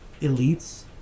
elites